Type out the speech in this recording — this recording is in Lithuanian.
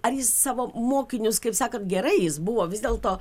ar jis savo mokinius kaip sakant gerai jis buvo vis dėlto